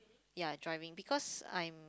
ya I driving because I'm